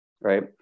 right